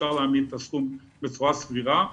אפשר להעמיד את הסכום בצורה סבירה,